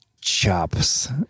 chops